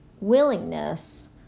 willingness